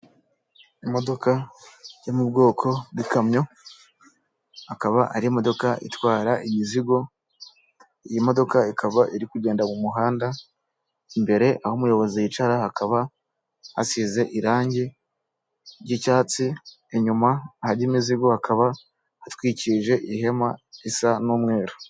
Imodoka yo mu bwoko bw'ikamyo, akaba ari imodoka itwara imizigo, iyi modoka ikaba iri kugenda mu muhanda, imbere aho umuyobozi yicara hakaba hasize irangi ry'icyatsi, inyuma ahari imizigo hakaba hatwikirije ihema risa n'umweru.